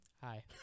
hi